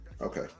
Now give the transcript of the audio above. Okay